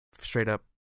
straight-up